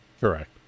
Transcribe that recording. Correct